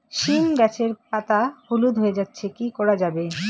সীম গাছের পাতা হলুদ হয়ে যাচ্ছে কি করা যাবে?